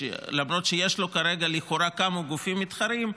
למרות שיש לו לכאורה כמה גופים מתחרים,